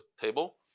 table